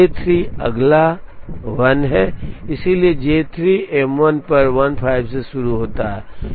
अब J3 अगला 1 है इसलिए J3 M1 पर 15 से शुरू होता है